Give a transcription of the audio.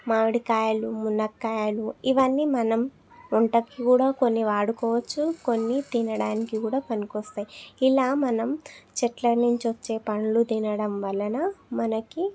మామిడికాయలు మునక్కాయలు ఇవన్నీ మనం వంటకి కూడా కొన్ని వాడుకోవచ్చు కొన్ని తినడానికి కూడా పనికొస్తాయి ఇలా మనం చెట్ల నుంచి వచ్చే పండ్లు తినడం వలన మనకి